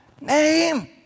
name